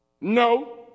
no